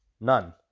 none